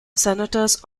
senators